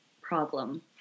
problem